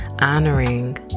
honoring